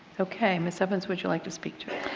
okay. ms. evans would you like to speak to